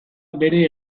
bere